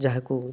ଯାହାକୁ